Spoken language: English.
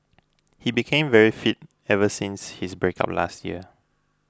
he became very fit ever since his breakup last year